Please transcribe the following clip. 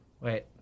Wait